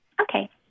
Okay